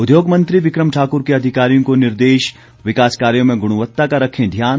उद्योग मंत्री बिक्रम ठाकुर के अधिकारियों को निर्देश विकास कार्यों में गुणवत्ता का रखें ध्यान